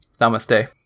Namaste